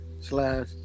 Slash